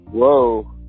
Whoa